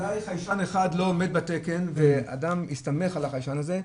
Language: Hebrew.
אולי חיישן אחד לא עומד בתקן ואדם הסתמך על החיישן הזה,